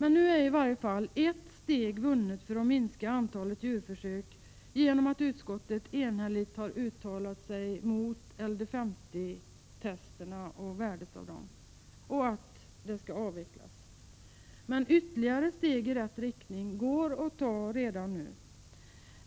Ett steg är i varje fall taget för att antalet djurförsök skall minskas, genom att utskottet enhälligt har uttalat sig för att LD 50-testerna skall avvecklas. Ytterligare steg i rätt riktning går emellertid att ta redan nu.